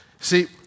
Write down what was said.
See